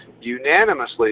unanimously